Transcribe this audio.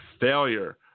failure